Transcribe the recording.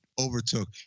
overtook